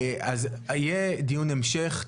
אז יהיה דיון המשך,